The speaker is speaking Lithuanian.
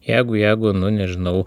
jeigu jeigu nu nežinau